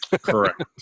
Correct